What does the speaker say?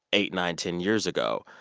eight, nine, ten years ago.